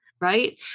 right